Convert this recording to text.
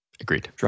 Agreed